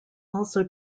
also